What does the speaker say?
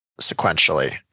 sequentially